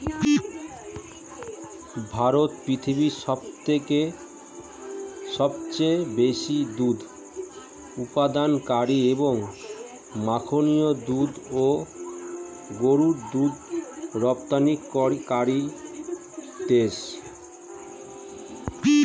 ভারত পৃথিবীর সবচেয়ে বেশি দুধ উৎপাদনকারী এবং মাখনহীন দুধ ও গুঁড়ো দুধ রপ্তানিকারী দেশ